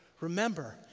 Remember